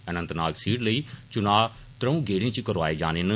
Anantnag seat लेई चुनां त्रऊं गेड़ें च करोआए जाने न